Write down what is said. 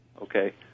Okay